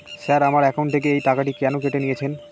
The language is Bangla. স্যার আমার একাউন্ট থেকে এই টাকাটি কেন কেটে নিয়েছেন?